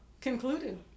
concluded